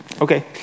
Okay